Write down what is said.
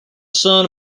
son